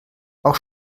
auch